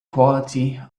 quality